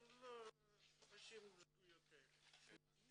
הם לא עושים טעויות כאלה.